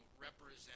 represent